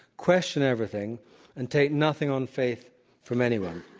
question everything and take nothing on faith from anyone.